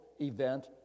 event